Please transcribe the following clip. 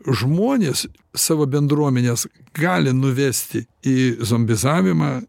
žmonės savo bendruomenes gali nuvesti į zombizavimą